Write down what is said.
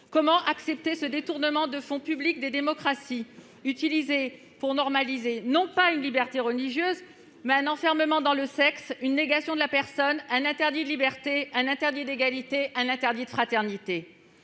Comment accepter ce détournement des fonds publics des démocraties pour normaliser non pas une liberté religieuse, mais un enfermement dans le sexe, une négation de la personne, un interdit de liberté, un interdit d'égalité, un interdit de fraternité ?